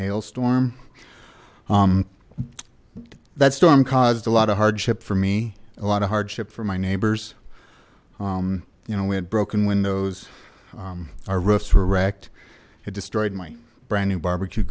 hailstorm that storm caused a lot of hardship for me a lot of hardship for my neighbors you know we had broken windows our roofs were wrecked it destroyed my brand new barbecue